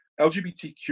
LGBTQ